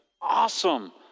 awesome